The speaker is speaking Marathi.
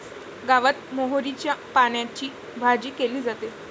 गावात मोहरीच्या पानांची भाजी केली जाते